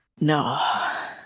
No